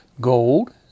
gold